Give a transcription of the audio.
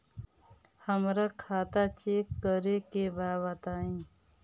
हमरा खाता चेक करे के बा बताई?